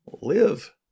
live